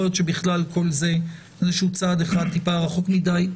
יכול להיות שבכלל כל זה הוא צעד אחד טיפה רחוק מדי.